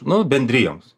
nu bendrijoms